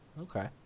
Okay